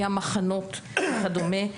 היה מחנות וכדומה,